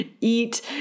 eat